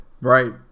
right